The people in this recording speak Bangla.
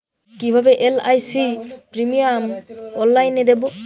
কিভাবে এল.আই.সি প্রিমিয়াম অনলাইনে দেবো?